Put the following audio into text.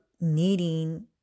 needing